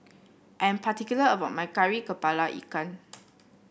I'm particular about my Kari kepala Ikan